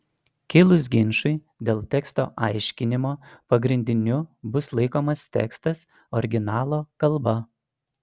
kilus ginčui dėl teksto aiškinimo pagrindiniu bus laikomas tekstas originalo kalba